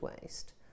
waste